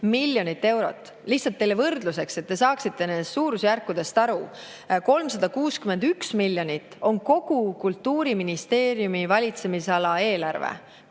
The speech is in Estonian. miljonit eurot. Lihtsalt teile võrdluseks, et te saaksite nendest suurusjärkudest aru: 361 miljonit on kogu Kultuuriministeeriumi valitsemisala eelarve,